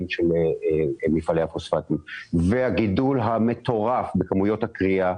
של מפעלי הפוספטים ואת הגידול המטורף בכמויות הכרייה,